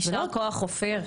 יישר כוח אופיר.